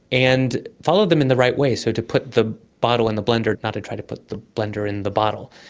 and follow them in the right way, so to put the bottle in the blender, not to try to put the blender in the bottle.